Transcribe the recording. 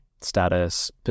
status